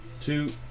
two